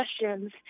questions